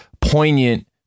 poignant